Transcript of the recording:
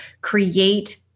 create